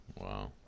Wow